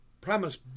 Promise